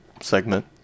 segment